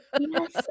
Yes